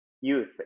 youth